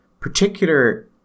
particular